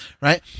Right